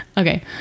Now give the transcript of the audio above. Okay